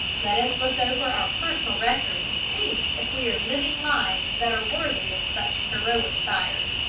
let us look over our personal record and see if we are living lives that are worthy of such heroic sires.